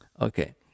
Okay